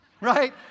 Right